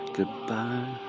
Goodbye